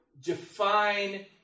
define